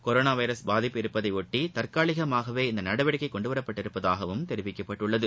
corona virus பாதிப்பு இருப்பதை ஒட்டி தற்காலிகமாகவே இந்த நடவடிக்கை கொண்டு வரப்பட்டுள்ளதாகவும் தெரிவிக்கப்பட்டுள்ளது